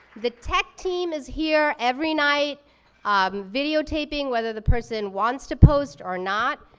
the tech team is here every night video taping whether the person wants to post or not.